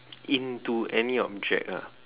into any object ah